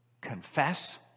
confess